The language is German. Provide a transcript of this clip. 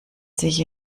sich